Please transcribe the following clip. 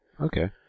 Okay